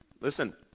listen